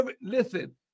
listen